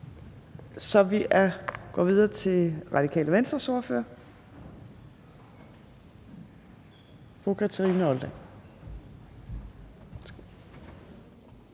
Så vi går videre til Radikales ordfører, fru Kathrine Olldag.